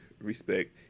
respect